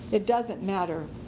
it doesn't matter.